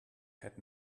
had